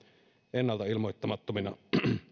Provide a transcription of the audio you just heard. ennalta ilmoittamattomina